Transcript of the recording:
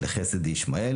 לחסד ישמעאל,